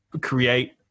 create